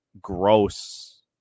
gross